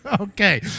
Okay